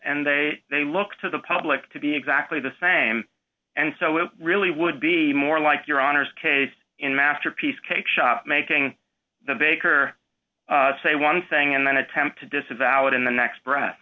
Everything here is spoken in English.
and they they look to the public to be exactly the same and so it really would be more like your honour's case in masterpiece cake shop making the baker say one thing and then attempt to disavow it in the next breath